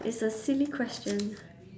it's a silly question